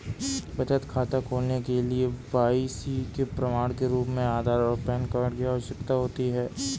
बचत खाता खोलने के लिए के.वाई.सी के प्रमाण के रूप में आधार और पैन कार्ड की आवश्यकता होती है